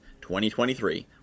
2023